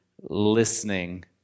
listening